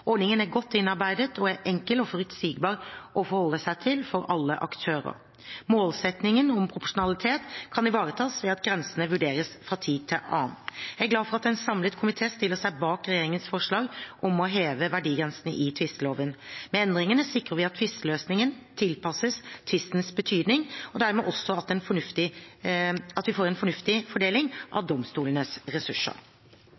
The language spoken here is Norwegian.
Ordningen er godt innarbeidet og enkel og forutsigbar å forholde seg til for alle aktører. Målsettingen om proporsjonalitet kan ivaretas ved at grensene vurderes fra tid til annen. Jeg er glad for at en samlet komité stiller seg bak regjeringens forslag om å heve verdigrensene i tvisteloven. Med endringene sikrer vi at tvisteløsningen tilpasses tvistens betydning, og dermed også at vi får en fornuftig fordeling